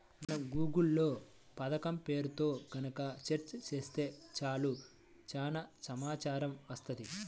మనం గూగుల్ లో పథకం పేరుతో గనక సెర్చ్ చేత్తే చాలు చానా సమాచారం వత్తది